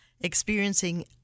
experiencing